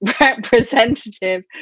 representative